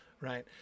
right